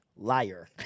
Liar